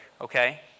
okay